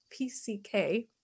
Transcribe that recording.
PCK